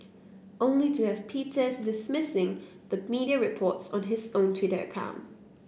only to have Peters dismissing the media reports on his own Twitter account